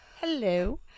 Hello